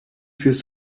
führst